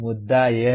मुद्दा यह है